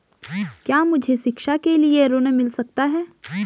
क्या मुझे शिक्षा के लिए ऋण मिल सकता है?